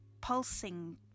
pulsing